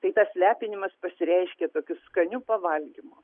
tai tas lepinimas pasireiškė tokiu skaniu pavalgymu